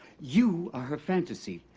you are her fantasy.